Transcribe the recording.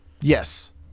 Yes